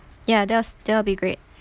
ya that's that'll be great